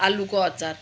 आलुको अचार